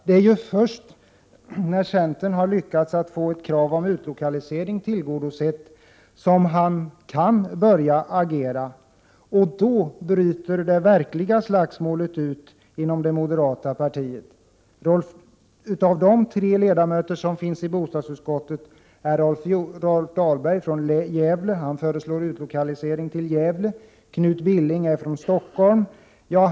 Det är ju först sedan centern lyckats få ett krav på utlokalisering tillgodosett som Bertil Danielsson har kunnat börja agera, och då bryter det verkliga slagsmålet ut inom det moderata partiet. Av de tre moderata ledamöter som sitter i bostadsutskottet är Rolf Dahlberg från Gävle. Han föreslår en utlokalisering till Gävle. Knut Billing är från Stockholm.